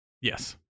Yes